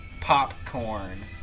Popcorn